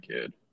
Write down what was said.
kid